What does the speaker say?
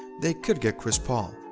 they could get chris paul,